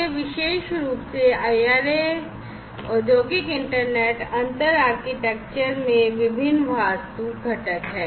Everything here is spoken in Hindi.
यह विशेष रूप से IIRA औद्योगिक इंटरनेट अंतर आर्किटेक्चर में विभिन्न वास्तु घटक हैं